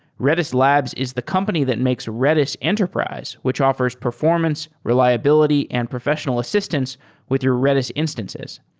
redis labs is the company that makes redis enterprise, which offers performance, reliability and professional assistance with your redis instances.